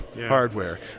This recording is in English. hardware